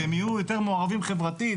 והם יהיו יותר מעורבים חברתית,